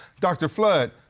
dr. flood,